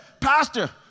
Pastor